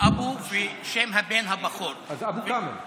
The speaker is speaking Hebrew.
אבו כאמל,